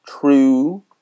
true